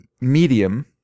medium